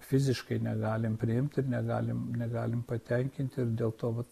fiziškai negalim priimti ir negalim negalim patenkinti ir dėl to vat